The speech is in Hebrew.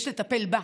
יש לטפל בה,